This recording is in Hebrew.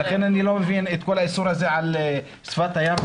ולכן אני לא מבין את כל האיסור הזה על שפת הים,